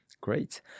great